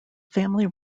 family